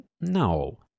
no